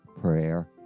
prayer